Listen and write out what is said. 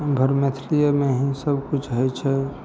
इमहर मैथिलीयेमे ही सबकिछु होइ छै